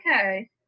okay